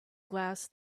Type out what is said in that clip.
glass